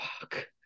fuck